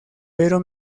pero